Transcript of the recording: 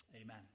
Amen